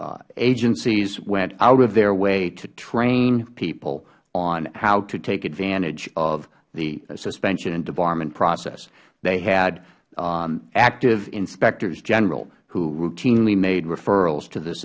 agencies went out of their way to train people on how to take advantage of the suspension and debarment process they had active inspectors general who routinely made referrals to th